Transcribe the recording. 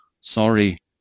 sorry